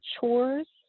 chores